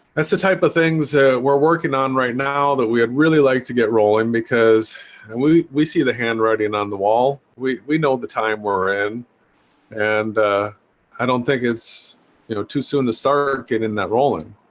that's the type of things we're working on right now that we would really like to get rolling because and we we see the handwriting on the wall. we we know the time we're in and i don't think it's you know too soon to start getting in that rolling